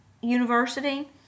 university